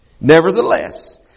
Nevertheless